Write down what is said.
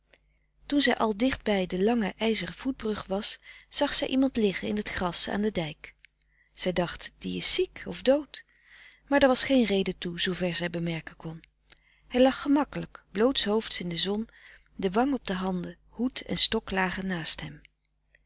toen zij al dichtbij de lange ijzeren voetbrug was zag zij iemand liggen in het gras aan den dijk zij dacht die is ziek of dood maar daar was geen reden toe zoover zij bemerken kon hij lag gemakkelijk blootshoofds in de zon de wang op de handen hoed en stok lagen naast hem